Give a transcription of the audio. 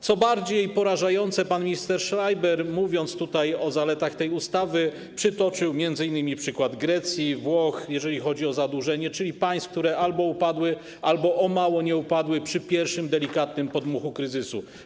Co bardziej porażające, pan minister Schreiber, mówiąc o zaletach tej ustawy, przytoczył m.in. przykład Grecji, Włoch, jeżeli chodzi o zadłużenie, czyli państw, które albo upadły, albo o mało nie upadły przy pierwszym delikatnym podmuchu kryzysu.